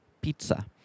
pizza